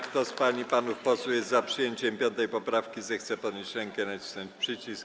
Kto z pań i panów posłów jest za przyjęciem 5. poprawki, zechce podnieść rękę i nacisnąć przycisk.